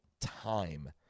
time